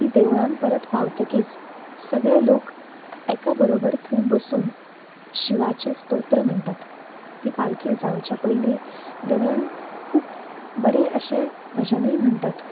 ती देवळांत परत पावतकीच सगळे लोक एका बरोबर थंय बसून शिवाचे स्तोत्र म्हणटात ती पालखी जावचे पयलीं देवळान खूप बरें अशें भजनूय म्हणटात